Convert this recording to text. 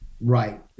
Right